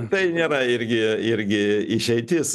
tai nėra irgi irgi išeitis